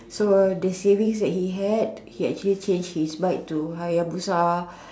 so the savings that he had he actually change his bike to Hayabusa